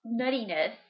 nuttiness